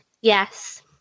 Yes